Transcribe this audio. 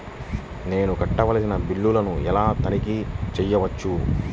నేను కట్టవలసిన బిల్లులను ఎలా తనిఖీ చెయ్యవచ్చు?